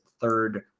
third